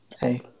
Hey